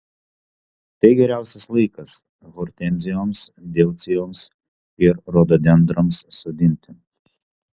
tai geriausias laikas hortenzijoms deucijoms ir rododendrams sodinti